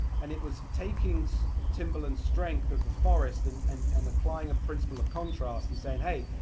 and it was taking so timberland's strength of the forest and and and applying a principle of contrast and saying hey,